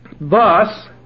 Thus